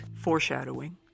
foreshadowing